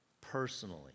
personally